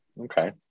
Okay